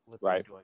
Right